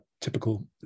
typical